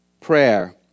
prayer